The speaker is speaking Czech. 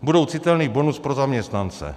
Budou citelný bonus pro zaměstnance.